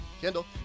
Kendall